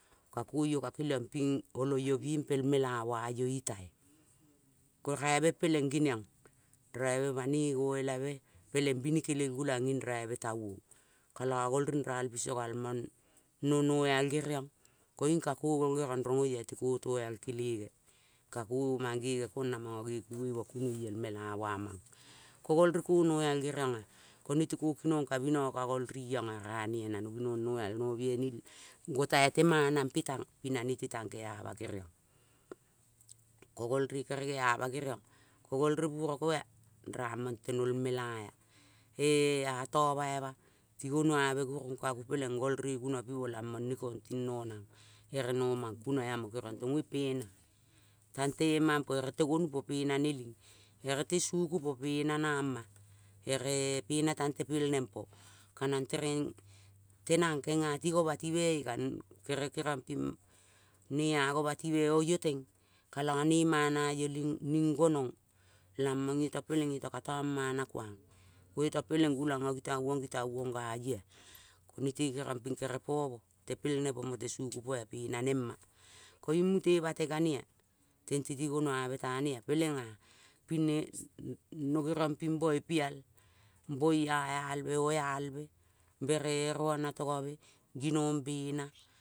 Ka ke io ka keliong ping olo io pel mela ua io ilai. Ko raibe peleng geniong banoi ngo elabe peleng binikelei gulang nging raibe tai uong. Koloa gol ning ral biso gal mong no noal genong, koing ka ko gol genong rong. Oyate ko toal kelenge ka ko gol mangene kong na mongo nge kunoi mo kumoi pel mela ua mang. Ko gol re ko noal genong nga. Ko ne te ko kinong kabinongo ka gol nong nga ra ne na no gginong noal no bihainim go tai te mana mpe teng pi na nete tang kena ma kenong ea. Ko gol re kere gera ma genong, ko gol burok ea, ramong tonol mela ea. E-e ato bai ma, ti gonuave gurung ka ngo peleng gol re gunop, mo lamong ne kong nonang ere nomang kuno ea mo gerong rong ue pena tang temampo ere te gonu mpo pena neling, ere te suku mpo pena noma, ere-e pena tang tempelne mpo ka nang tereng tenang keng nga ti gobati me-e ka ne kere keniong ping ne ea gobati me o io teng? Ka lo me mana io ning gunong lamong io to peleng io to ka tong mana kuang. Ke io to peleng gulang ngo ngi tauong nga io ea. Ne te keriong ping kere po mo tepelne po mo te suku po ea pena neng ma. Koing mute bate ka ne ea tente ti gonuave ta ne ea. Peleng ea ping no geniong ping bai pial boi boi ia elabe, o elabe, bere -e roa natongove, ginong bena